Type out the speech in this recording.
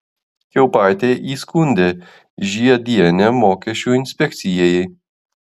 kiaupaitė įskundė žiedienę mokesčių inspekcijai